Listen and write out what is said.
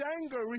anger